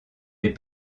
les